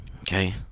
okay